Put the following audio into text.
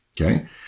Okay